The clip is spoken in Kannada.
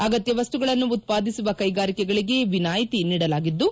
ಅಗತ್ಯ ವಸ್ತುಗಳನ್ನು ಉತ್ಪಾದಿಸುವ ಕೈಗಾರಿಕೆಗಳಿಗೆ ವಿನಾಯಿತಿ ನೀಡಲಾಗಿದ್ದು